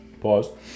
pause